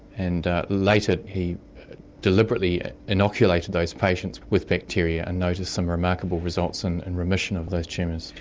and later he deliberately inoculated those patients with bacteria and noticed some remarkable results and and remission of those tumours.